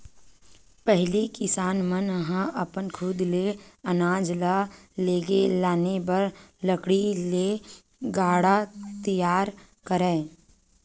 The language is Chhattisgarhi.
पहिली किसान मन ह अपन खुद ले अनाज ल लेगे लाने बर लकड़ी ले गाड़ा तियार करय